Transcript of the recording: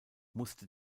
musste